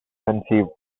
conceived